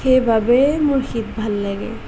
সেইবাবে মোৰ শীত ভাল লাগে